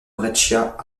brescia